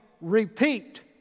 repeat